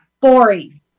Boring